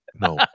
no